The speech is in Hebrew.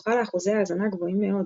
וזוכה לאחוזי האזנה גבוהים מאוד,